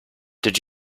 did